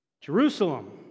Jerusalem